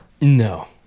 No